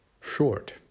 short